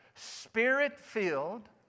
Spirit-filled